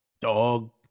dog